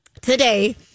today